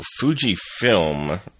Fujifilm